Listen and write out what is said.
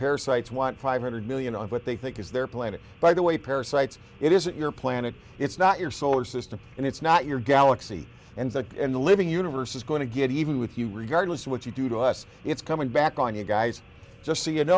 parasites want five hundred million on what they think is their planet by the way parasites it isn't your planet it's not your solar system and it's not your galaxy and that the living universe is going to get even with you regardless of what you do to us it's coming back on you guys just s